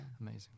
amazing